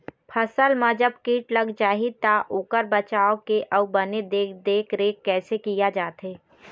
फसल मा जब कीट लग जाही ता ओकर बचाव के अउ बने देख देख रेख कैसे किया जाथे?